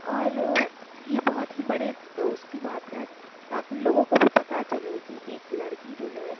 اور یہ بہت ہی بڑے اس کی بات ہے تاکہ لوگوں کو بھی پتہ چلے کہ ایک لڑکی جو ہے